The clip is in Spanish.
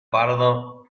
pardo